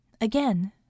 Again